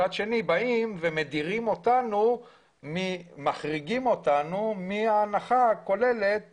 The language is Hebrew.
מצד שני באים ומחריגים אותנו מההנחה הכוללת